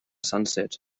sunset